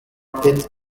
pete